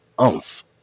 oomph